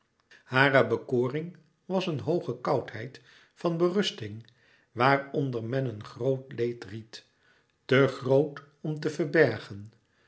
hare bekoring was een hooge koudheid van berusting waaronder men een groot leed ried te groot om te verbergen